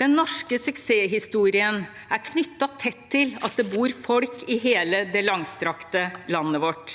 Den norske suksesshistorien er knyttet tett til at det bor folk i hele det langstrakte landet vårt.